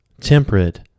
temperate